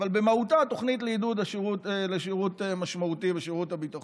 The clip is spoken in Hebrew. אבל במהותה היא תוכנית לעידוד לשירות משמעותי בשירות הביטחון.